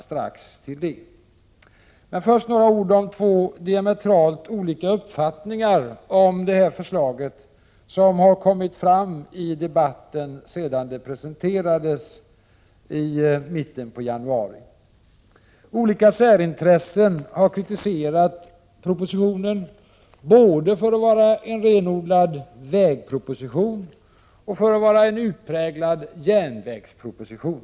Först vill jag emellertid säga några ord om två diametralt olika uppfattningar om detta förslag, som har kommit fram i debatten sedan förslaget presenterades i mitten av januari. Grupper med olika särintressen har kritiserat propositionen både för att den skulle vara en renodlad vägproposition och för att den skulle vara en utpräglad järnvägsproposition.